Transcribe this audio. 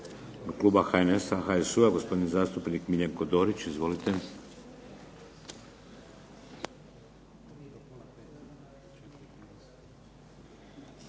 kluba HNS-a, HSU-a gospodin zastupnik Miljenko Dorić. Izvolite.